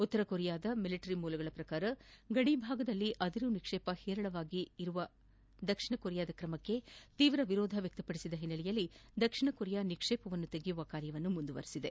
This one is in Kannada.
ಉತ್ತರ ಕೊರಿಯಾದ ಮಿಲಿಟರಿ ಮೂಲಗಳ ಪ್ರಕಾರ ಗಡಿ ಪ್ರದೇಶದಲ್ಲಿ ಅದಿರು ನಿಕ್ಷೇಪ ಹೇರಳವಾಗಿ ದಾಸ್ತಾನು ಮಾಡಿರುವ ದಕ್ಷಿಣ ಕೊರಿಯಾದ ಕ್ರಮಕ್ಕೆ ತೀವ್ರ ವಿರೋಧ ವ್ಯಕ್ತಪಡಿಸಿದ ಹಿನ್ನೆಲೆಯಲ್ಲಿ ದಕ್ಷಿಣ ಕೊರಿಯಾ ನಿಕ್ಷೇಪವನ್ನು ತೆಗೆಯುವ ಕಾರ್ಯ ಮುಂದುವರೆಸಿದೆ